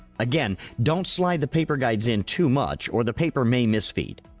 again, don't slide the paper guides in too much or the paper may misfeed.